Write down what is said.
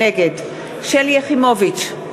נגד שלי יחימוביץ,